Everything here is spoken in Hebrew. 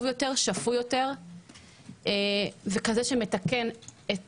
טוב יותר, שפוי יותר וכזה שמתקן את